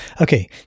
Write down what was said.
Okay